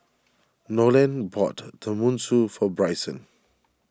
Nolen bought Tenmusu for Bryson